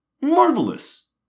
Marvelous